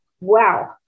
wow